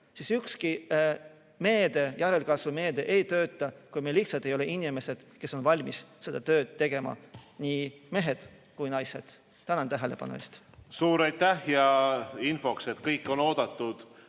Ükski järelkasvumeede ei tööta, kui meil lihtsalt ei ole inimesi, kes on valmis seda tööd tegema, olgu nad mehed või naised. Tänan tähelepanu eest! Suur aitäh! Infoks, et kõik on oodatud